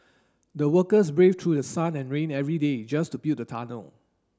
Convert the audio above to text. the workers braved through the sun and rain every day just to build the tunnel